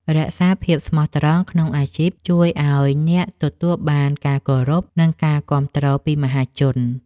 រក្សាភាពស្មោះត្រង់ក្នុងអាជីពជួយឱ្យអ្នកទទួលបានការគោរព និង ការគាំទ្រពីមហាជន។